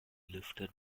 lifted